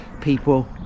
people